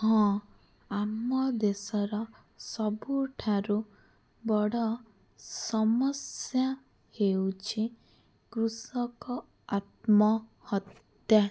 ହଁ ଆମ ଦେଶର ସବୁଠାରୁ ବଡ଼ ସମସ୍ୟା ହେଉଛି କୃଷକ ଆତ୍ମହତ୍ୟା